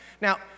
Now